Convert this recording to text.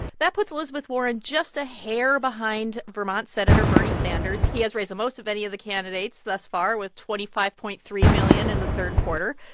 that puts elizabeth warren just a hair behind vermont senator bernie sanders. he has raised the most of any of the candidates thus far with twenty five point three million dollars in the third quarter.